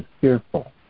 fearful